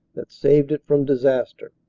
that saved it from disaster.